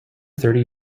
thirty